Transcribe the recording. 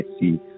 see